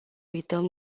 uităm